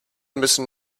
müssen